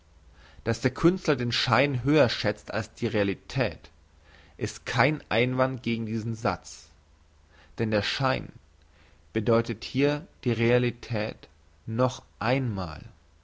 dass der künstler den schein höher schätzt als die realität ist kein einwand gegen diesen satz denn der schein bedeutet hier die realität noch einmal